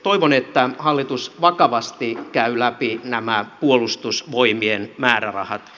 toivon että hallitus vakavasti käy läpi nämä puolustusvoimien määrärahat